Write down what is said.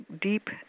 deep